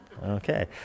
Okay